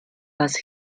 was